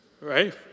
Right